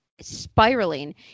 spiraling